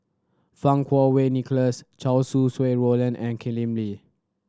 Fang Kuo Wei Nicholas Chow Sau Hai Roland and Lim Lee